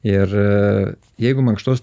ir jeigu mankštos